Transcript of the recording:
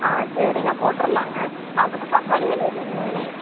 சரிங்க போட்டிரலாங்க அதுக்கு அப்புறம் தக்காளி இதெல்லாம் எவ்வளோங்க வேணும்